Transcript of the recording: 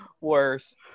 Worse